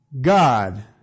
God